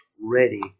ready